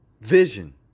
vision